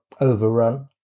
overrun